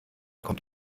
kommt